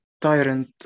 tyrant